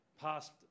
Passed